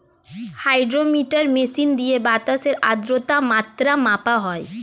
hydrometer machine দিয়ে বাতাসের আদ্রতার মাত্রা মাপা হয়